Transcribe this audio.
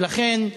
ולכן,